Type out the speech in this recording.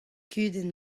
kudenn